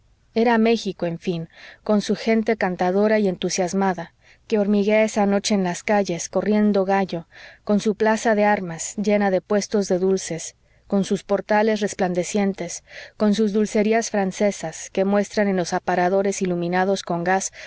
era méxico en fin con su gente cantadora y entusiasmada que hormiguea esa noche en las calles corriendo gallo con su plaza de armas llena de puestos de dulces con sus portales resplandecientes con sus dulcerías francesas que muestran en los aparadores iluminados con gas